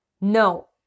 No